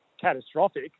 catastrophic